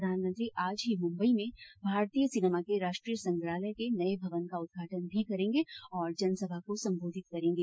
प्रधानमंत्री आज ही मुंबई में भारतीय सिनेमा के राष्ट्रीय संग्रहालय के नए भवन का उद्घाटन भी करेंगे और जनसभा को संबोधित करेंगे